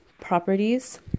properties